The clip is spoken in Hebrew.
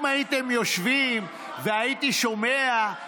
אם הייתם יושבים והייתי שומע,